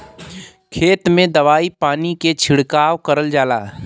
खेत में दवाई पानी के छिड़काव करल जाला